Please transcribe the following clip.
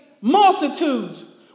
multitudes